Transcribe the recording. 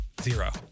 Zero